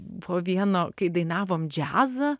po viena kai dainavom džiazą